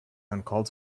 uncalled